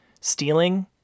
stealing